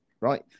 right